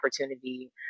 opportunity